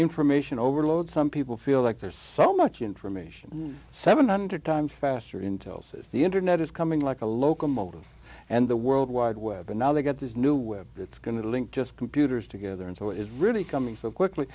information overload some people feel like there's so much information seven hundred times faster intel says the internet is coming like a locomotive and the world wide web and now they've got this new web it's going to link just computers together and so it's really coming so quickly